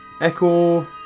Echo